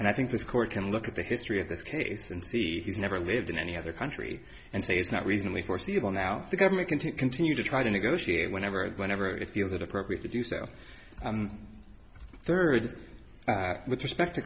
and i think this court can look at the history of this case and see he's never lived in any other country and say it's not reasonably foreseeable now the government can to continue to try to negotiate whenever whenever it feels it appropriate to do so third with respect to